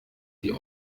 die